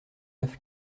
neuf